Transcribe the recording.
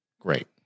Great